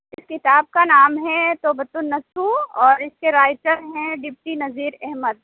کتاب کا نام ہے توبۃ النصوح اور اس کے رائٹر ہیں ڈپٹی نذیر احمد